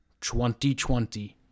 2020